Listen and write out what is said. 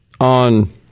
on